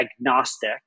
agnostic